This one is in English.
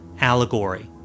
allegory